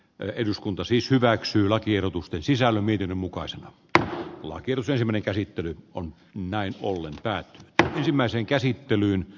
eduskunta siis hyväksyy lakiehdotusten sisällön niiden mukaan se että oikeus ei mene käsittely on näin ollen pää tai ensimmäiseen toteuttamaan